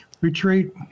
retreat